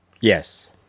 Yes